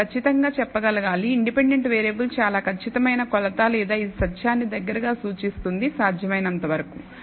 మీరు ఖచ్చితంగా చెప్పగలగాలి ఇండిపెండెంట్ వేరియబుల్ చాలా ఖచ్చితమైన కొలత లేదా ఇది సత్యాన్ని దగ్గరగా సూచిస్తుంది సాధ్యం అయినంత వరకు